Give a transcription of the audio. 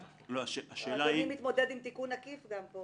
אדוני מתמודד גם עם תיקון עקיף.